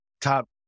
top